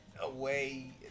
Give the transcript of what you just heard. away